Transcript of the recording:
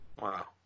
Wow